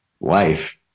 life